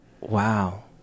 wow